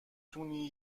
تونی